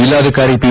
ಜಿಲ್ಲಾಧಿಕಾರಿ ಪಿ